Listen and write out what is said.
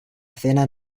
escena